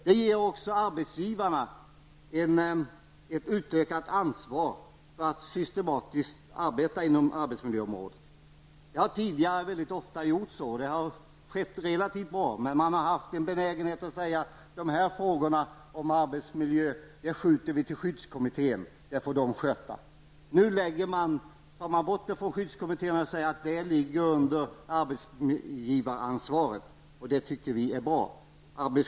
Det här ger också arbetsgivarna ett större ansvar för att systematiskt arbeta på arbetsmiljöområdet. Det har tidigare mycket ofta varit relativt bra, men det har funnits en benägenhet att säga: De här frågorna om arbetsmiljö skjuter vi till skyddskommittén, det får skyddskommittén sköta om. Nu ligger frågorna under arbetsgivaransvaret, och det tycker vi är bra.